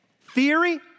theory